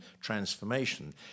transformation